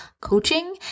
coaching